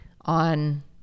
on